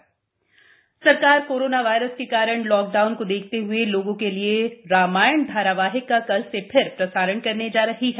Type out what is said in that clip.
corona Ramayan सरकार corona virus के कारण लॉकडाउन को देखते हुए लोगों के लिए रामायण धारावाहिक का कल से फिर प्रसारण करने जा रही है